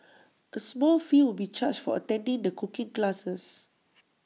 A small fee will be charged for attending the cooking classes